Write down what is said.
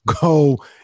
go